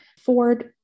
Ford